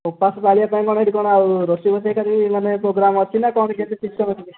ଉପାସ ପାଳିବା ପାଇଁ କ'ଣ ଏହିଠି କ'ଣ ଆଉ ରୋଷେଇ ବୋଷେଇ କରିବା ମାନେ ପ୍ରୋଗ୍ରାମ ଅଛି ନା କେଉଁ କ'ଣ ସିଷ୍ଟମ